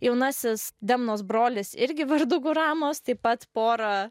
jaunasis demnos brolis irgi vardu guramos taip pat pora